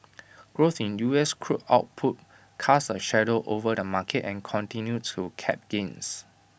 growth in U S crude output cast A shadow over the market and continued to cap gains